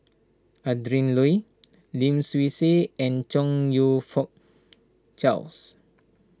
Adrin Loi Lim Swee Say and Chong You Fook Charles